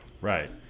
Right